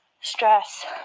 stress